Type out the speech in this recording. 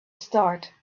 start